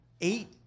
eight